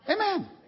Amen